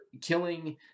killing